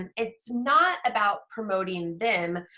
and it's not about promoting them,